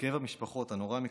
בכאב המשפחות הנורא מכול,